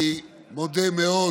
אני מודה מאוד